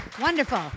Wonderful